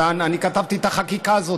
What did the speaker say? אני עצרתי לך את